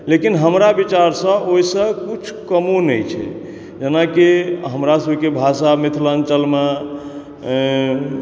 लेकिन हमरा विचार सॅं ओहिसॅं किछु कमो नहि छै जेनाकि हमरा सबके भाषा मिथिलाञ्चलमे